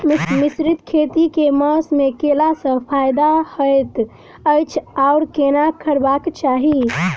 मिश्रित खेती केँ मास मे कैला सँ फायदा हएत अछि आओर केना करबाक चाहि?